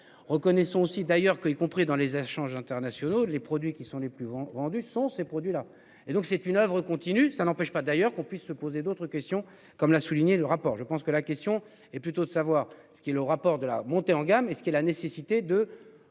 reconnaissons aussi d'ailleurs que, y compris dans les échanges internationaux, les produits qui sont les plus grands rendu sont ces produits-là et donc c'est une oeuvre continue ça n'empêche pas d'ailleurs qu'on puisse se poser d'autres questions comme l'a souligné le rapport je pense que la question est plutôt de savoir ce qui le rapport de la montée en gamme et ce qui est la nécessité de